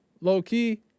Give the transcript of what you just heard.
low-key